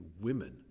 women